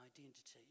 identity